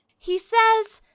he says,